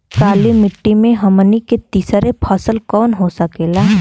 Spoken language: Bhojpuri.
काली मिट्टी में हमनी के तीसरा फसल कवन हो सकेला?